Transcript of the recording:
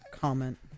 comment